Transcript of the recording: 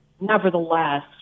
nevertheless